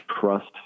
trust